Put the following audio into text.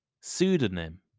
Pseudonym